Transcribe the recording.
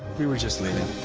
we were just leaving.